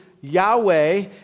Yahweh